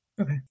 Okay